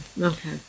okay